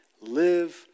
live